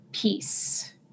peace